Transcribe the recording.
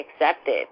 accepted